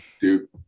dude